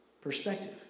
perspective